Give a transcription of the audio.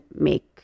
make